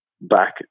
back